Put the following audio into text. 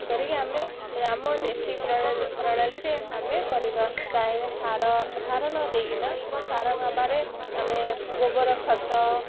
କରିକି ଆମେ ଆମ ଦେଶୀ ପ୍ରଣାଳୀରେ ଆମେ କରିବା ତାହେଲେ ସାର ସାର ନ ଦେଇକିନା ସାର ଭାବରେ ଆମେ ଗୋବର ଖତ